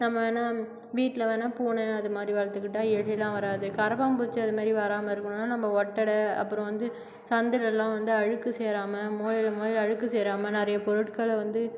நம்ம என்ன வீட்டில் வேணால் பூனை அது மாதிரி வளர்த்துக்கிட்டா எலியெலாம் வராது கரப்பான்பூச்சி அது மாதிரி வராமல் இருக்கணுனால் நம்ம ஒட்டடை அப்புறம் வந்து சந்துலெலாம் வந்து அழுக்கு சேராமல் மூலையில் மூலையில் அழுக்கு சேராமல் நிறையப் பொருட்களை வந்து